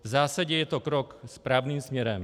V zásadě je to krok správným směrem.